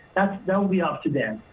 that will be up to them.